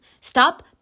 Stop